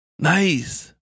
Nice